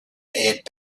head